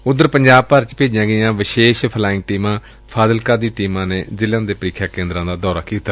ਓਧਰ ਪੰਜਾਬ ਭਰ ਵਿੱਚ ਭੇਜੀਆਂ ਗਈਆਂ ਸਪੈਸ਼ਲ ਫ਼ਲਾਇੰਗ ਟੀਮਾਂ ਫ਼ਾਜ਼ਿਲਕਾ ਦੀ ਟੀਮਾਂ ਨੇ ਜ਼ਿਲ੍ਹਿਆਂ ਵਿਚ ਪ੍ਰੀਖਿਆ ਕੇਂਦਰਾਂ ਦਾ ਦੌਰਾ ਕੀਤਾ